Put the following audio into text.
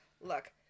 look